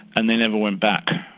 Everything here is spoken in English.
and they never went back.